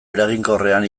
eraginkorrean